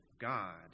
God